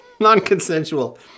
non-consensual